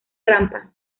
rampa